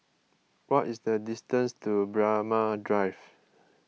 what is the distance to Braemar Drive